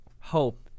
hope